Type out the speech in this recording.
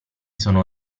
sono